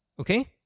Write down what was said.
Okay